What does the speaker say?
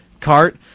cart